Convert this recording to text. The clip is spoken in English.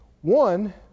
One